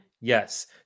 Yes